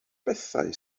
bethau